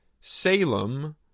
Salem